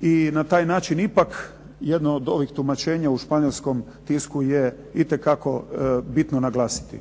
i na taj način ipak jedno od ovih tumačenja u španjolskom tisku je itekako bitno naglasiti.